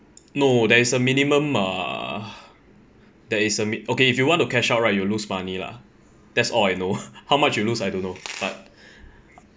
no there is a minimum uh there is a min~ okay if you want to cash out right you lose money lah that's all I know how much you lose I don't know but